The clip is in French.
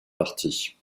parties